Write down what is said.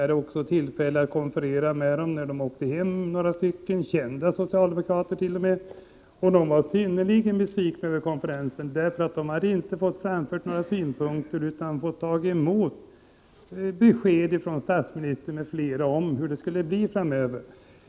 Jag hade också tillfälle att konferera med några stycken när de åkte hem, kända socialdemokrater t.o.m., och de var synnerligen besvikna över konferensen, för de hade inte fått framföra några synpunkter utan fått ta emot besked från statsministern m.fl. om hur det skulle bli framöver.